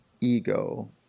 ego